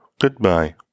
Goodbye